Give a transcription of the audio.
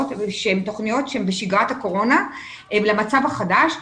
שהן תוכניות בשגרת הקורונה ומותאמות למצב החדש,